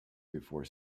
before